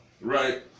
right